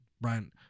Brian